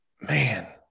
man